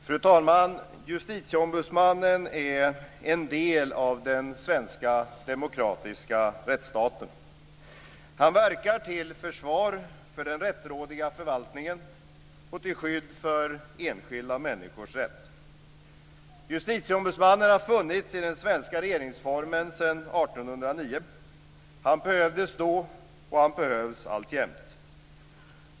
Fru talman! Justitieombudsmannen är en del av den svenska demokratiska rättsstaten. Han verkar till försvar för den rättrådiga förvaltningen och till skydd för enskilda människors rätt. Justitieombudsmannen har funnits i den svenska regeringsformen sedan 1809. Han behövdes då, och han behövs alltjämt.